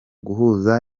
guhuza